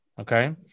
Okay